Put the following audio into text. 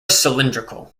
cylindrical